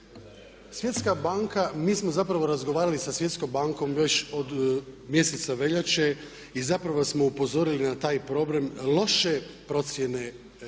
Mi smo zapravo razgovarali sa Svjetskom bankom već od mjeseca veljače i zapravo smo upozorili na taj problem loše procjene bivše